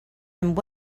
and